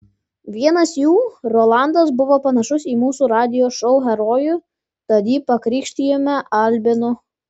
vienas jų rolandas buvo panašus į mūsų radijo šou herojų tad jį pakrikštijome albinu